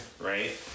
Right